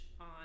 on